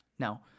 Now